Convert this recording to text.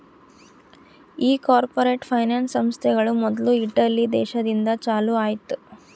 ಈ corporate finance ಸಂಸ್ಥೆಗಳು ಮೊದ್ಲು ಇಟಲಿ ದೇಶದಿಂದ ಚಾಲೂ ಆಯ್ತ್